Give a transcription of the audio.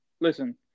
listen